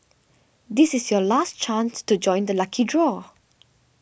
this is your last chance to join the lucky draw